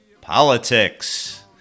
politics